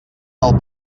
del